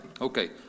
Okay